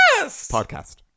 Podcast